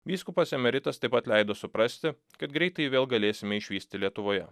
vyskupas emeritas taip pat leido suprasti kad greitai jį vėl galėsime išvysti lietuvoje